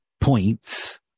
points